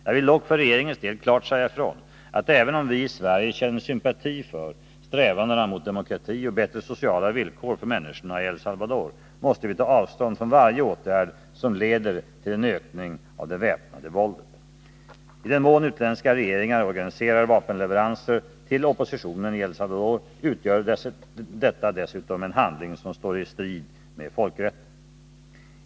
Jag vill dock för regeringens del klart säga ifrån att även om vi i Sverige känner sympati för strävandena mot demokrati och bättre sociala villkor för människorna i El Salvador måste vi ta avstånd från varje åtgärd som leder till en ökning av det väpnade våldet. I den mån utländska regeringar organiserar vapenleveranser till oppositionen i El Salvador utgör detta dessutom en handling som står i strid med folkrätten.